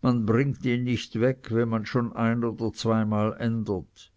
man bringt ihn nicht weg wenn man schon ein oder zweimal ändert